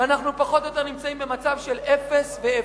ואנחנו פחות או יותר נמצאים במצב של אפס ואפס.